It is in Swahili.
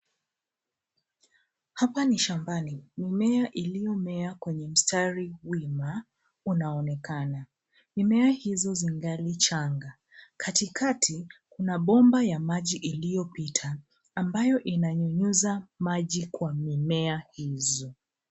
Hapa ni shambani. Mmea uliomea kwenye mstari unaonekana. Mimea hizo zi ngali changa. Katikati kuna bomba ya maji iliyopita ambayo inanyunyiza maji kwa mimea hizo.